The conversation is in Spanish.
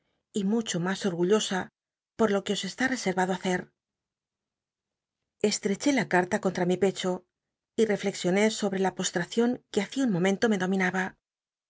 y mucho mas orgullosa por lo que os está resetrado hacer estreché in cal'la contra mi pecho y reflexioné sobre la postracion que hacia un momento me dominaba